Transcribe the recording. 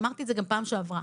אמרתי את זה גם בפעם שעברה,